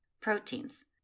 Proteins